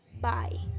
Bye